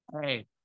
Hey